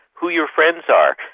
who your friends are,